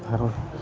Dharwad